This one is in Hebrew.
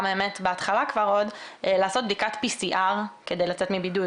בהתחלה לעשות בדיקתPCR כדי לצאת מבידוד,